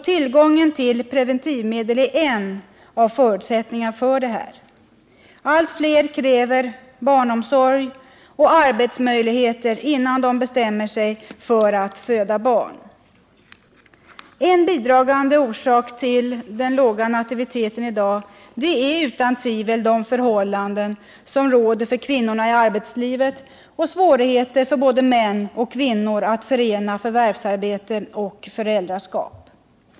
Tillgången till preventivmedel är en av förutsättningarna för det. Allt fler kräver barnomsorg och arbetsmöjlighet innan de bestämmer sig för att föda barn. En bidragande orsak till den låga nativiteten i dag är utan tvivel de förhållanden som råder för kvinnor i arbetslivet och svårigheterna för både män och kvinnor att förena förvärvsarbete och föräldraskap.